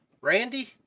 Randy